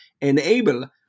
enable